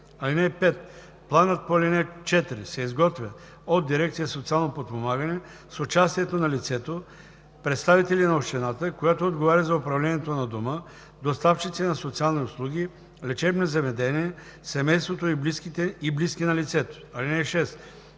услуги. (5) Планът по ал. 4 се изготвя от дирекция „Социално подпомагане“ е участието на лицето, представители на общината, която отговаря за управлението на дома, доставчици на социални услуги, лечебни заведения, семейството и близки на лицето. (6)